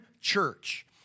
church